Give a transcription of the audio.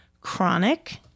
Chronic